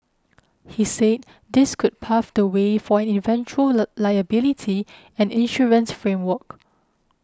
he said this could pave the way for an eventual lie liability and insurance framework